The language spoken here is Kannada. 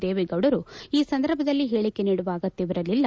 ದೇವೇಗೌಡರು ಈ ಸಂದರ್ಭದಲ್ಲಿ ಹೇಳಿಕೆ ನೀಡುವ ಅಗತ್ಯವಿರಲಿಲ್ಲ